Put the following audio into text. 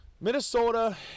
Minnesota